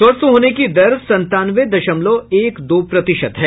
स्वस्थ होने की दर संतानवे दशमलव एक दो प्रतिशत है